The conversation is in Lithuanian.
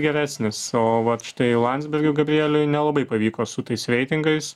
geresnis o vat štai landsbergiui gabrieliui nelabai pavyko su tais reitingais